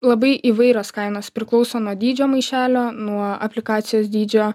labai įvairios kainos priklauso nuo dydžio maišelio nuo aplikacijos dydžio